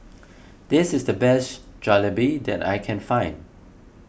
this is the best Jalebi that I can find